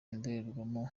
indorerwamo